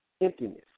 emptiness